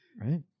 Right